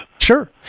Sure